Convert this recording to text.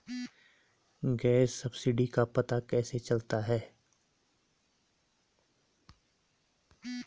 Gas subsidy का पता कैसे चलता है?